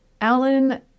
Alan